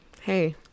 hey